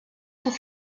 pour